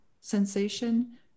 sensation